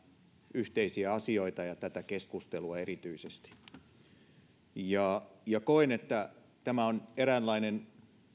yhteisiä asioita ja tätä keskustelua erityisesti koen että tämä on eräänlainen